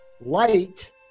Light